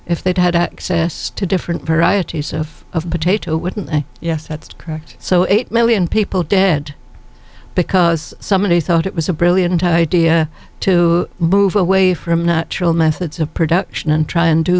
if they'd had access to different varieties of potato wood and yes that's correct so eight million people dead because somebody thought it was a brilliant idea to move away from natural methods of production and try and do